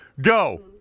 Go